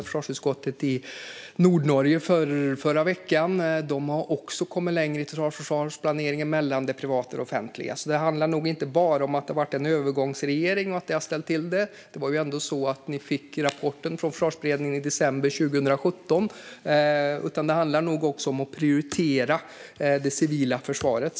Försvarsutskottet var i Nordnorge förrförra veckan. De har också kommit längre i totalförsvarsplaneringen mellan det privata och det offentliga. Det handlar nog inte bara om att vi har haft en övergångsregering och om att detta har ställt till det - det var ju ändå så att ni fick rapporten från Försvarsberedningen i december 2017 - utan det handlar nog också om att prioritera det civila försvaret.